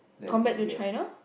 compared to China